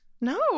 No